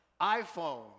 iPhone